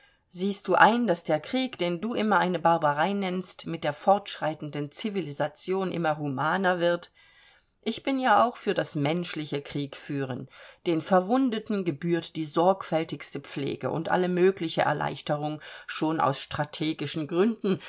siehst du ein daß der krieg den du immer eine barbarei nennst mit der fortschreitenden civilisation immer humaner wird ich bin ja auch für das menschliche kriegführen den verwundeten gebührt die sorgfältigste pflege und alle mögliche erleichterung schon aus strategischen gründen